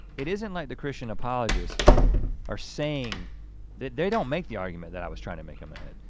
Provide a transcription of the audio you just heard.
it isn't like the christian apologists are saying that they don't make the argument that i was trying to make them ahead.